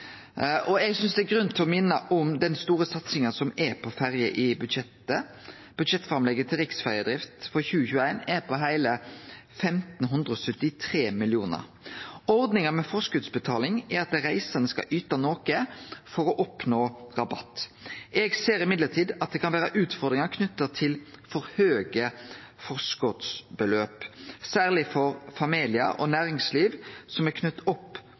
forslaga. Eg synest det er grunn til å minne om den store satsinga som er på ferje i budsjettet. Budsjettframlegget til riksferjedrift for 2021 er på heile 1 573 mill. kr. Ordninga med forskotsbetaling er at dei reisande skal yte noko for å oppnå rabatt, men eg ser at det kan vere utfordringar knytt til for høge forskotsbeløp, særleg for familiar og næringsliv som har knytt opp